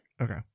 okay